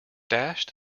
dashed